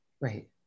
Right